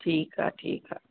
ठीकु आहे ठीकु आहे